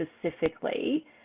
specifically